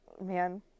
man